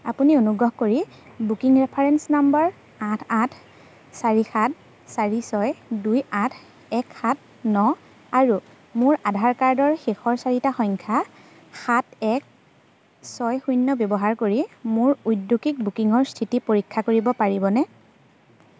আপুনি অনুগ্ৰহ কৰি বুকিং ৰেফাৰেঞ্চ নাম্বাৰ আঠ আঠ চাৰি সাত চাৰি ছয় দুই আঠ এক সাত ন আৰু মোৰ আধাৰ কাৰ্ডৰ শেষৰ চাৰিটা সংখ্যা সাত এক ছয় শূন্য ব্যৱহাৰ কৰি মোৰ ঔদ্যোগিক বুকিঙৰ স্থিতি পৰীক্ষা কৰিব পাৰিবনে